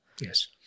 yes